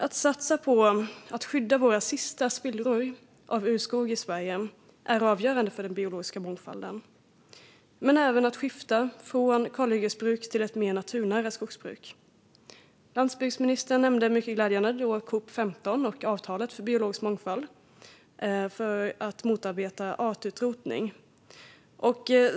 Att satsa på att skydda de sista spillrorna av urskog i Sverige är avgörande för den biologiska mångfalden, men man måste också skifta från kalhyggesbruk till ett mer naturnära skogsbruk. Landsbygdsministern nämnde mycket glädjande nog COP 15 och avtalet för biologisk mångfald för att motarbeta artutrotning.